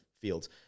fields